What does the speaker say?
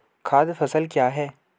खाद्य फसल क्या है?